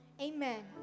Amen